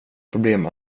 problem